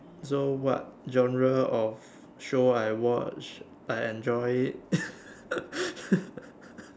so what genre of show I watch I enjoy it